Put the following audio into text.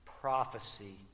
prophecy